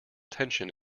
tension